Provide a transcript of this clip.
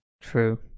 True